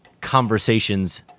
conversations